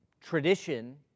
tradition